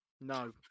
no